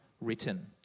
written